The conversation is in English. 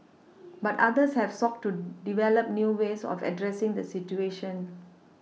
but others have sought to develop new ways of addressing the situation